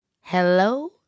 Hello